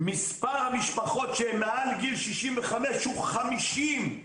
מספר המשפחות שמעל לגיל 65 הוא 50,